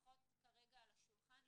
שמונחות כרגע על השולחן לתיקון,